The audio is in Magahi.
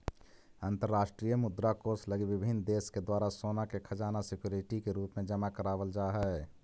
अंतरराष्ट्रीय मुद्रा कोष लगी विभिन्न देश के द्वारा सोना के खजाना सिक्योरिटी के रूप में जमा करावल जा हई